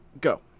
go